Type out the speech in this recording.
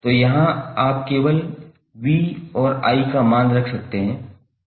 तो यहाँ आप केवल V और I का मान रख सकते हैं